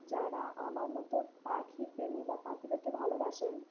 যারা আমার মতো পাখি প্রেমী বা পাখিদেরকে ভালোবাসেন